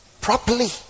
properly